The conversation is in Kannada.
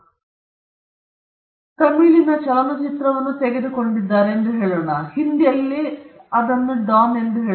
ಸ್ಪೀಕರ್ 2 ತಮಿಳನ್ನು ನಾವು ಹೇಳಿ ನೋಡೋಣ ಅವರು ಚಲನಚಿತ್ರವೊಂದನ್ನು ತೆಗೆದುಕೊಂಡಿದ್ದಾರೆ ಅಥವಾ ಹಿಂದಿಯಲ್ಲಿ ನಾವು ತೆಗೆದುಕೊಳ್ಳುವ ಚಿತ್ರದ ಹೆಸರು ಡಾನ್ ಎಂದು ಹೇಳೋಣ